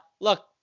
Look